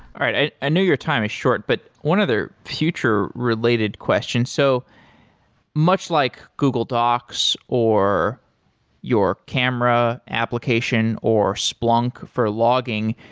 i i know your time is short, but one other future related questions. so much like google docs or your camera application or splunk for logging,